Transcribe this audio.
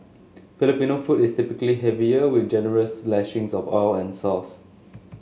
Filipino food is typically heavier with generous lashings of oil and sauce